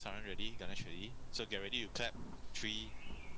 saran ready ganesh ready so get ready you clap three